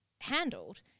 handled